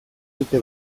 dute